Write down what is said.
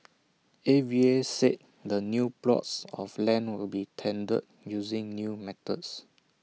A V A said the new plots of land will be tendered using new methods